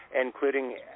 including